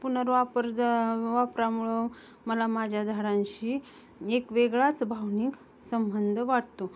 पुनर्वापर जा वापरामुळं मला माझ्या झाडांशी एक वेगळाच भावनिक संबंध वाटतो